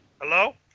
Hello